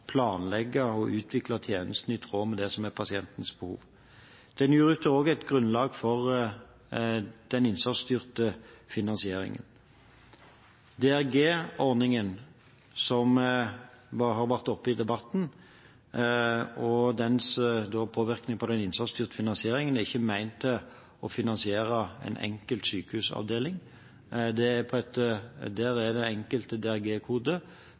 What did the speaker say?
planlegge og utvikle tjenestene i tråd med det som er pasientens behov. Den utgjør også et grunnlag for den innsatsstyrte finansieringen. DRG-ordningen, som har vært oppe i debatten, og dens påvirkning på den innsatsstyrte finansieringen er ikke ment å finansiere en enkelt sykehusavdeling. Der er det enkelte DRG-koder på et nivå som gjør at det